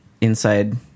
inside